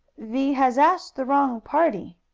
thee has asked the wrong party,